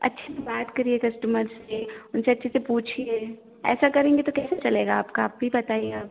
अच्छे से बात करिए कस्टमर से उनसे अच्छे से पूछिए ऐसा करेंगे तो कैसे चलेगा आपका आप ही बताइए आप